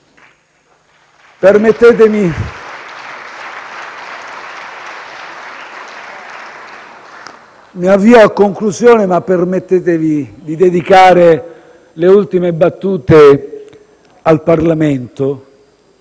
permettetemi di dedicare le ultime battute al Parlamento